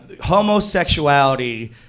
homosexuality